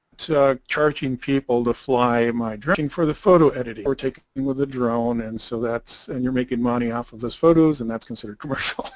to charging people to fly my dressing for the photo editing or take with a drone and so that's and you're making money off of those photos and that's considered commercial